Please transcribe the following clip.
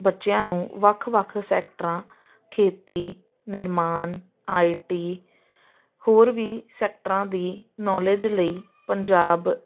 ਬੱਚਿਆਂ ਨੂੰ ਵੱਖ ਵੱਖ ਸੈਕਟਰਾਂ ਖੇਤੀ ਨਿਰਮਾਣ ਆਈ ਟੀ ਹੋਰ ਵੀ ਸੈਕਟਰਾਂ ਦੀ ਨੌਲੇਜ ਲਈ ਪੰਜਾਬ